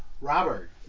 Robert